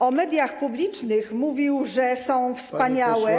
O mediach publicznych mówił, że są wspaniałe.